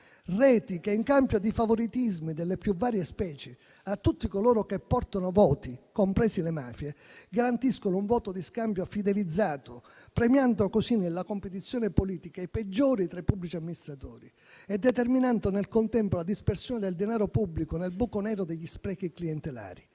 le quali in cambio di favoritismi delle più varie specie, a tutti coloro che portano voti, compresi le mafie, garantiscono un voto di scambio fidelizzato, premiando così nella competizione politica i peggiori tra i pubblici amministratori e determinando nel contempo la dispersione del denaro pubblico nel buco nero degli sprechi clientelari.